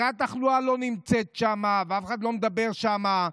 הרי התחלואה לא נמצאת שם ואף אחד לא מדבר שם.